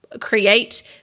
create